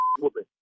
whooping